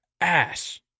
ass